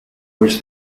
was